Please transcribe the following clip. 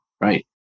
right